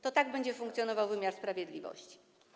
Tak będzie funkcjonował wymiar sprawiedliwości.